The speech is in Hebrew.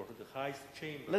כבוד גדול הוא לי להיות מוזמן לדבר